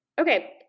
Okay